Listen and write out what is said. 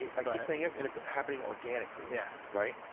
i keep saying yes, and it's happening organically, yeah right?